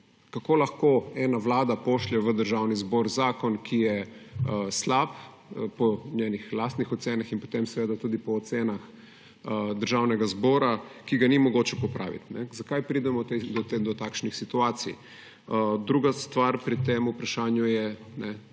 Kako lahko ena vlada pošlje v državni zbor zakon, ki je slab po njenih lastnih ocenah in potem seveda tudi po ocenah državnega zbora, ki ga ni mogoče popraviti? Zakaj pridemo do takšnih situacij? Druga stvar pri tem vprašanju je